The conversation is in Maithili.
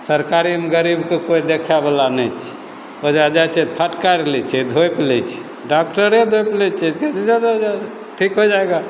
सरकारीमे गरीबके कोइ देखैवला नहि छै ओहिजाँ जाइ छै फटकारि लै छै धोपि लै छै डाकटरे धोपि लै छै जाओ जाओ जाओ ठीक हो जाएगा